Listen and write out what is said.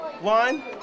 One